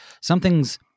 Something's